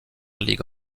league